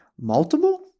multiple